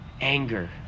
anger